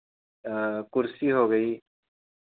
कुर्सी हो गई